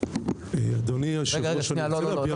אדוני היושב-ראש --- לא, לא.